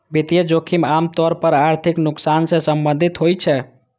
वित्तीय जोखिम आम तौर पर आर्थिक नुकसान सं संबंधित होइ छै